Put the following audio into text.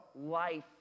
life